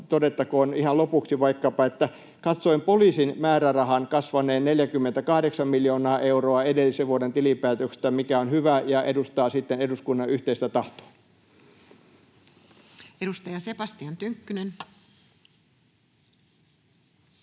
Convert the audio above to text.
Todettakoon ihan lopuksi vaikkapa, että katsoin poliisin määrärahan kasvaneen 48 miljoonaa euroa edellisen vuoden tilinpäätöksestä, mikä on hyvä ja edustaa siten eduskunnan yhteistä tahtoa. [Speech 25] Speaker: Toinen